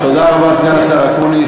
תודה רבה, סגן השר אקוניס.